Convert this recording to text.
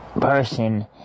Person